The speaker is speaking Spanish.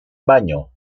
baño